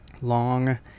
long